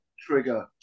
trigger